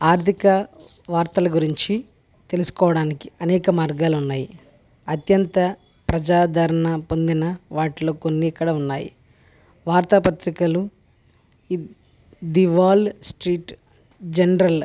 ఆర్థిక వార్తలు గురించి తెలుసుకోవడానికి అనేకమార్గాలు ఉన్నాయి అత్యంత ప్రజాదరణ పొందిన వాటిలో కొన్ని ఇక్కడ ఉన్నాయి వార్తాపత్రికలు ది వాల్ స్ట్రీట్ జనరల్